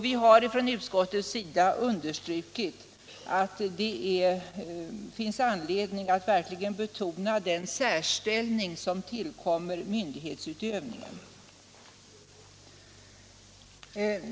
Vi har från utskottets sida understrukit att det finns anledning att verkligen betona den särställning som tillkommer myndighetsutövning.